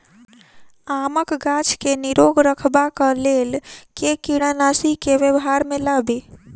आमक गाछ केँ निरोग रखबाक लेल केँ कीड़ानासी केँ व्यवहार मे लाबी?